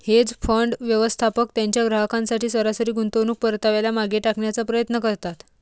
hedge fund, व्यवस्थापक त्यांच्या ग्राहकांसाठी सरासरी गुंतवणूक परताव्याला मागे टाकण्याचा प्रयत्न करतात